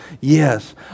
yes